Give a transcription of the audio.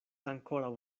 ankoraŭ